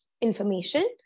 information